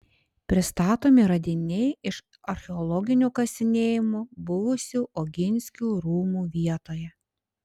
pristatomi radiniai iš archeologinių kasinėjimų buvusių oginskių rūmų vietoje